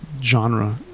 genre